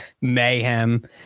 mayhem